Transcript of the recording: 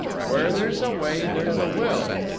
where there's a way there's a will.